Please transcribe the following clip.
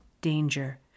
danger